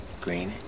green